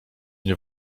nie